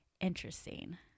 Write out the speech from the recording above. interesting